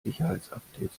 sicherheitsupdates